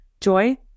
Joy